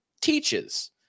teaches